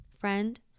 friend